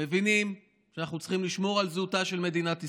מבינים שאנחנו צריכים לשמור על זהותה של מדינת ישראל,